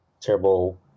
terrible